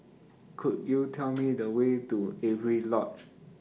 Could YOU Tell Me The Way to Avery Lodge